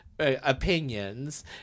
Opinions